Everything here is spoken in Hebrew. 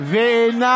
ואינה